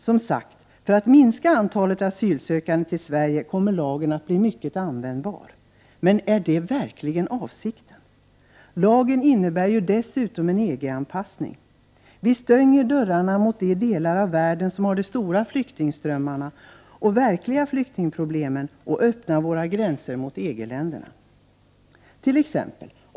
Som sagt, lagen kommer att bli mycket användbar för att minska antalet personer som söker asyl i Sverige. Men är det verkligen avsikten? Lagen innebär ju dessutom en EG-anpassning. Vi stänger dörrarna mot de delar av världen som har de stora flyktingströmmarna och verkliga flyktingproblemen och öppnar våra gränser mot EG-länderna.